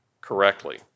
correctly